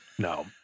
No